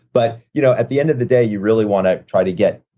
but you know, at the end of the day, you really want to try to get.